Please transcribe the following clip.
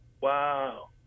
Wow